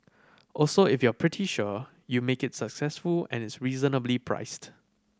also if you're pretty sure you make it successful and it's reasonably priced